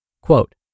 Quote